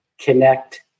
connect